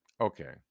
okay